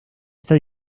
está